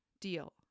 Deal